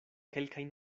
kelkajn